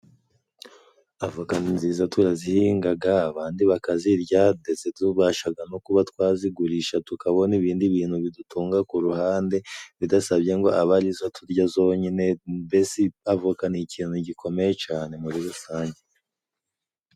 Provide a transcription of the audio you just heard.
Avoka ni nziza, turazihingaga, abandi bakazirya, ndetse tubashaga no kuba twazigurisha, tukabona ibindi bintu bidutunga ku ruhande, bidasabye ngo zibe arizo turya zonyine; mbesi, avoka ni ikintu gikomeye cane muri rusange.